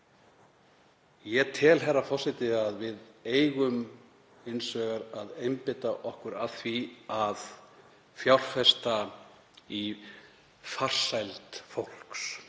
Ég tel, herra forseti, að við eigum hins vegar að einbeita okkur að því að fjárfesta í farsæld fólks.